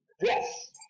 Yes